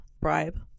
bribe